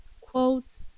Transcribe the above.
quotes